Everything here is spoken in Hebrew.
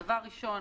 דבר ראשון,